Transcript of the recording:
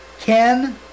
Ken